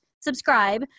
subscribe